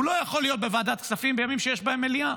הוא לא יכול להיות בוועדת הכספים בימים שיש בהם מליאה.